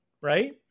Right